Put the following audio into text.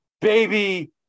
baby